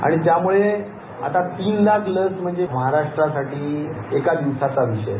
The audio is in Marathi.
आणि त्यामुळे आता तीन लाख लस म्हणजे महाराष्ट्रासाठी एका दिवसाचा विषय आहे